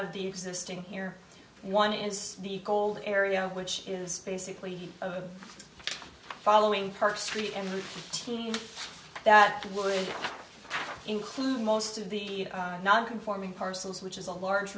of the existing here one is the gold area which is basically a following park street and route team that would include most of the non conforming parcels which is a large